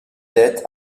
dettes